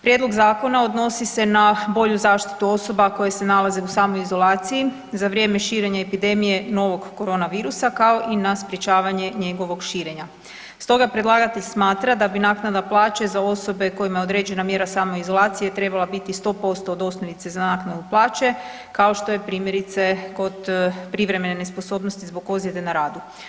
Prijedlog zakona odnosi se na bolju zaštitu osoba koje se nalaze u samoizolaciji za vrijeme širenja epidemije novog korona virusa, kao i na sprječavanje njegovog širenja, stoga predlagatelj smatra da bi naknada plaće za osobe kojima je određena mjera samoizolacije, trebala biti 100% od osnovice za naknadu plaće, kao što je primjerice kod privremene nesposobnosti zbog ozljede na radu.